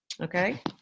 Okay